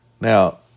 Now